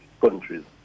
countries